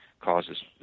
causes